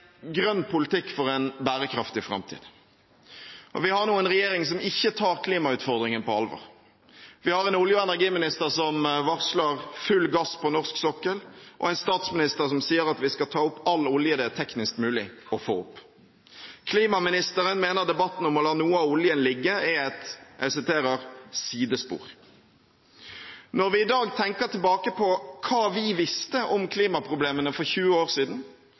grønn politikk for en bærekraftig framtid. Vi har nå en regjering som ikke tar klimautfordringen på alvor. Vi har en olje- og energiminister som varsler full gass på norsk sokkel, og en statsminister som sier at vi skal ta opp all olje det er teknisk mulig å få opp. Klimaministeren mener at debatten om å la noe av oljen ligge er et «sidespor». Når vi i dag tenker tilbake på hva vi visste om klimaproblemene for 20 år siden,